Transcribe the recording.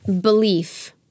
Belief